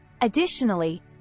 Additionally